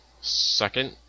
second